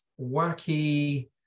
wacky